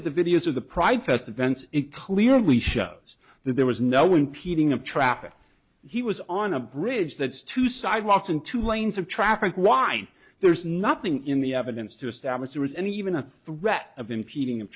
at the videos of the pride festa bents it clearly shows that there was no impeding of traffic he was on a bridge that's two sidewalks and two lanes of traffic why there's nothing in the evidence to establish there was any even a threat of impeding